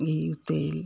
घी तेल